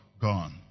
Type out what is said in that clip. Gone